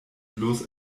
bloß